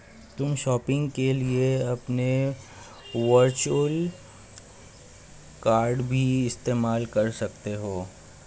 तुम शॉपिंग के लिए अपने वर्चुअल कॉर्ड भी इस्तेमाल कर सकते हो